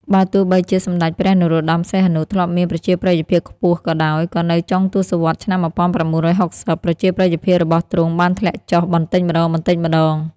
បើទោះបីជាសម្ដេចព្រះនរោត្តម សីហនុ ធ្លាប់មានប្រជាប្រិយភាពខ្ពស់ក៏ដោយ ក៏នៅចុងទសវត្សរ៍ឆ្នាំ ១៩៦០ ប្រជាប្រិយភាពរបស់ទ្រង់បានធ្លាក់ចុះបន្តិចម្តងៗ។